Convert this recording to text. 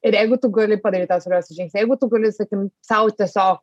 ir jeigu tu gali padaryt tą svarbiausią žingsnį jeigu tu gali sakykim sau tiesiog